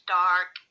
dark